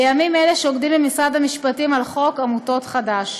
בימים אלה שוקדים במשרד המשפטים על חוק עמותות חדש.